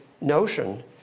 notion